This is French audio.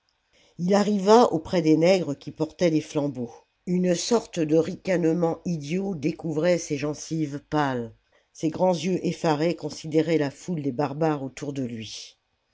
ii arriva auprès des nègres qui portaient les flambeaux une sorte de ricanement idiot découvrait ses gencives pâles ses grands yeux effarés considéraient la foule des barbares autour de lui